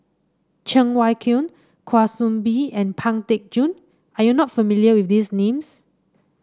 Cheng Wai Keung Kwa Soon Bee and Pang Teck Joon are you not familiar with these names